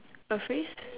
a phrase